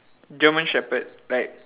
german shepherd like